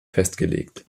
festgelegt